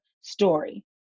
story